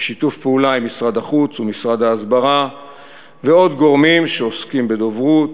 בשיתוף פעולה עם משרד החוץ ומשרד ההסברה ועוד גורמים שעוסקים בדוברות,